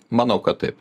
manau kad taip